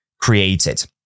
created